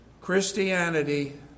Christianity